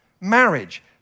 marriage